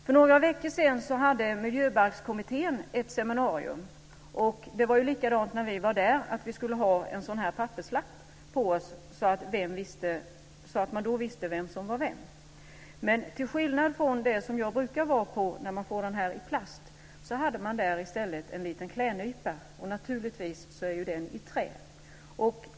För några veckor sedan hade Miljöbalkskommittén ett seminarium, och det var ju likadant när vi var där, vi skulle ha en papperslapp på oss så man visste vem som var vem. Men till skillnad från en liten lapp i plast hade man där i stället en liten klädnypa, och naturligtvis är den i trä.